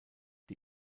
die